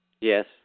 Yes